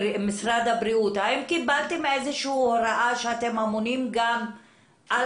האם קיבלתם איזושהי הוראה שאתם אמונים גם על